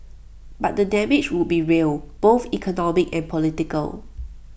but the damage would be real both economic and political